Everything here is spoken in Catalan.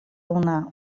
donar